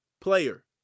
player